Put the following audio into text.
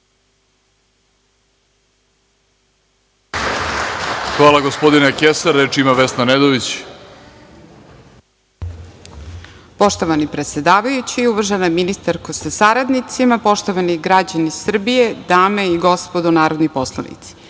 Hvala, gospodine Keser. Reč ima Vesna Nedović.